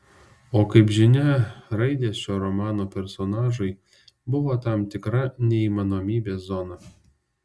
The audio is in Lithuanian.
o kaip žinia raidės šio romano personažui buvo tam tikra neįmanomybės zona